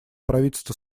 правительства